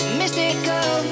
mystical